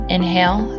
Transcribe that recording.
Inhale